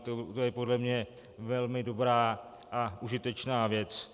To je podle mě velmi dobrá a užitečná věc.